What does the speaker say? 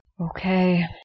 Okay